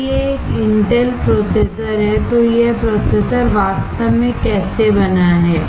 यदि यह एक इंटेल प्रोसेसर है तो यह प्रोसेसर वास्तव में कैसे बना है